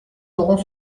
laurent